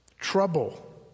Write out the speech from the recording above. trouble